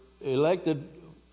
elected